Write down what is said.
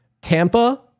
Tampa